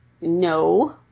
no